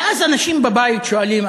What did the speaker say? ואז אנשים בבית שואלים,